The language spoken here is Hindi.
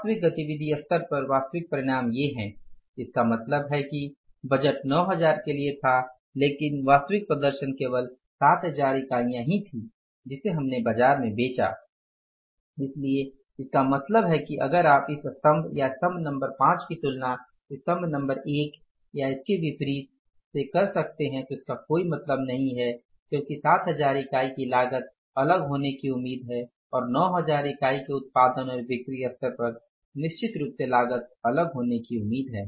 वास्तविक गतिविधि स्तर पर वास्तविक परिणाम ये हैं इसका मतलब है कि बजट 9000 के लिए था लेकिन वास्तविक प्रदर्शन केवल 7000 इकाइया ही थी जिसे हमने बाजार में बेचा इसलिए इसका मतलब है कि अगर आप इस स्तम्भ या स्तम्भ नंबर 5 की तुलना स्तम्भ नंबर 1 या इसके विपरीत से कर सकते हैं तो इसका कोई मतलब नहीं है क्योंकि 7000 इकाई की लागत अलग होने की उम्मीद है और 9000 इकाई के उत्पादन और बिक्री स्तर पर निश्चित रूप से लागत अलग होने की उम्मीद है